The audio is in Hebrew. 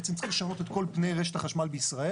בעצם צריכים לשנות את כל פני רשות החשמל בישראל.